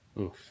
Oof